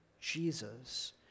Jesus